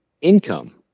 income